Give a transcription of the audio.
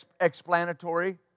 explanatory